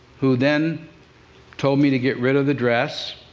who then told me to get rid of the dress,